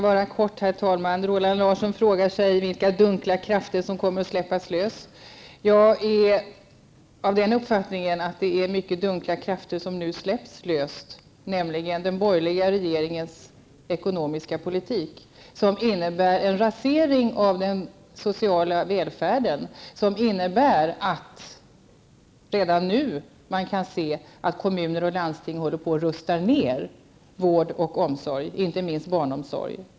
Herr talman! Roland Larsson frågar sig vilka dunkla krafter som kommer att släppas loss. Jag är av den uppfattningen att det är mycket dunkla krafter som nu släpps loss, nämligen den borgerliga regeringens ekonomiska politik, som innebär en rasering av den sociala välfärden och som innebär att man redan nu kan se att kommuner och landsting håller på att rusta ned vård och omsorg, inte minst barnomsorg.